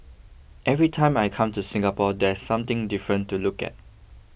every time I come to Singapore there's something different to look at